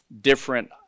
different